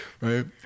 Right